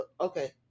Okay